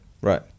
Right